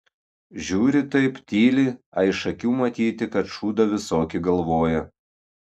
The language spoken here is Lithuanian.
žiūri taip tyli a iš akių matyti kad šūdą visokį galvoja